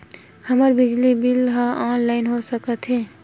हमर बिजली के बिल ह ऑनलाइन हो सकत हे?